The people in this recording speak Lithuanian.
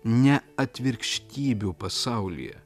ne atvirkštybių pasaulyje